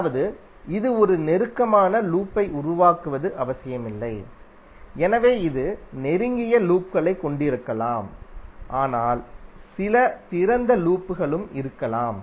அதாவது இது ஒரு நெருக்கமான லூப்பை உருவாக்குவது அவசியமில்லை எனவே இது நெருங்கிய லூப்களை கொண்டிருக்கலாம் ஆனால் சில திறந்த லூப்களும் இருக்கலாம்